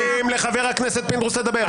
אתם מפריעים לחבר הכנסת פינדרוס לדבר.